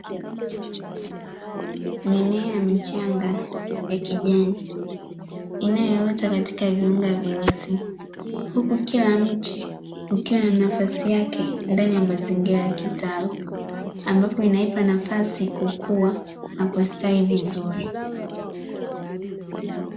Mimea michanga ya kijani inayotoa katika viunga vyeusi, huku kila mti ukiwa na nafasi yake ndani ya mazingira ya kitalu, ambapo inaipa nafasi kukua na kustawi vizuri.